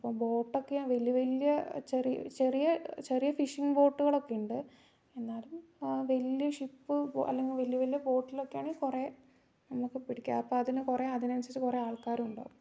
അപ്പോൾ ബോട്ടൊക്കെ വലിയ വലിയ ചെറിയ ചെറിയ ചെറിയ ഫിഷിംഗ് ബോട്ടുകളൊക്കെ ഉണ്ട് എന്നാലും വലിയ ഷിപ്പ് അല്ലെങ്കിൽ വലിയ വലിയ ബോട്ടിലൊക്കെ ആണെങ്കിൽ കുറേ നമുക്ക് പിടിക്കാം അപ്പം അതിന് കുറേ അതിന് അനുസരിച്ചു കുറേ ആൾക്കാർ ഉണ്ടാവും